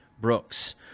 brooks